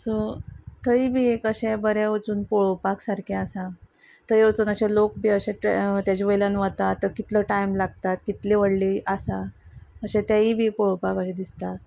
so थंय बी एक अशे बरें वचून पळोवपाक सारकें आसा थंय वचून अशें लोक बी अशें ताजे वयल्यान वता तो कितलो टायम लागतात कितली व्हडली आसा अशें तेंवूय बी पळोवपाक अशें दिसता